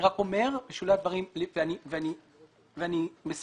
אני רק אומר שבשולי הדברים,